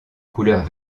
couleur